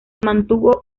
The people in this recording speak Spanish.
mantuvo